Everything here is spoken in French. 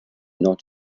nord